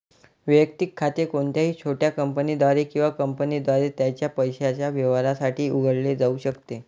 वैयक्तिक खाते कोणत्याही छोट्या कंपनीद्वारे किंवा कंपनीद्वारे त्याच्या पैशाच्या व्यवहारांसाठी उघडले जाऊ शकते